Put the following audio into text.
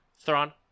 Thrawn